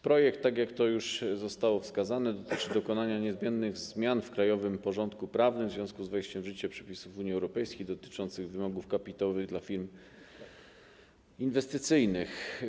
Projekt, tak jak zostało to już wskazane, dotyczy dokonania niezbędnych zmian w krajowym porządku prawnym w związku z wejściem w życie przepisów Unii Europejskiej dotyczących wymogów kapitałowych dla firm inwestycyjnych.